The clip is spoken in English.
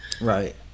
right